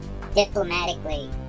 diplomatically